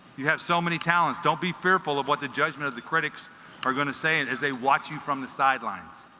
you have so many talents don't be fearful of what the judgement of the critics are gonna say as as they watch you from the sidelines